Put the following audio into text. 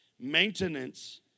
Maintenance